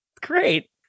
great